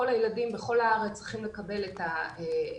כל הילדים בכל הארץ צריכים לקבל את המצלמות,